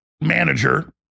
manager